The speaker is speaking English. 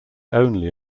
only